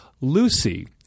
lucy